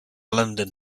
london